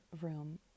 room